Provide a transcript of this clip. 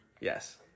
Yes